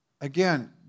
Again